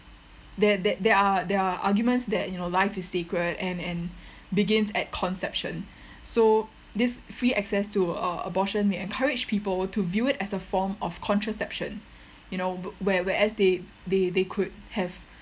there there there are there are arguments that you know life is sacred and and begins at conception so this free access to uh abortion will encourage people to view it as a form of contraception you know where whereas they they they could have